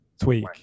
tweak